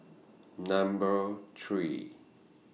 Number three